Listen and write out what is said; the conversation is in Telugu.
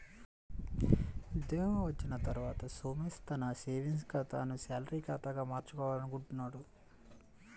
ఉద్యోగం వచ్చిన తర్వాత సోమేష్ తన సేవింగ్స్ ఖాతాను శాలరీ ఖాతాగా మార్చుకోవాలనుకుంటున్నాడు